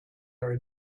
are